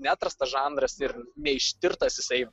neatrastas žanras ir neištirtas jisai